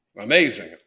amazing